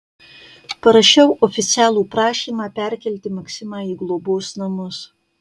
parašiau oficialų prašymą perkelti maksimą į globos namus